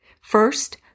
First